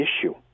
issue